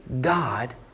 God